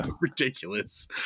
ridiculous